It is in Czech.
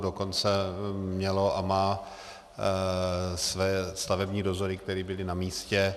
Dokonce měla a má své stavební dozory, které byly na místě.